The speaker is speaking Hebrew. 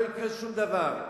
לא יקרה שום דבר.